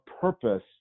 purpose